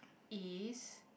is